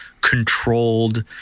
controlled